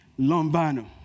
Lombano